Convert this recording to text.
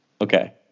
Okay